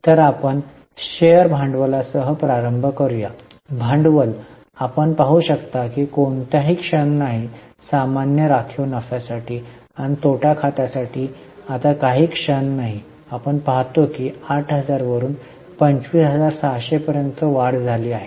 तर आपण शेअर भांडवलासह प्रारंभ करूया भांडवल आपण पाहू शकता की कोणताही क्षण नाही सामान्य राखीव नफ्यासाठी आणि तोटा खात्या साठी आता काहीच क्षण नाही आपण पाहतो की 8000 वरुन 25600 पर्यंत वाढ झाली आहे